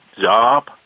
job